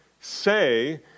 say